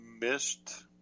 missed